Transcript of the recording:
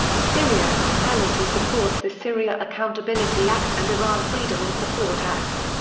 syria pelosi supports the syria accountability act and iran freedom and support act.